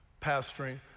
pastoring